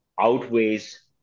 outweighs